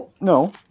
no